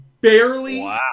Barely